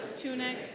tunic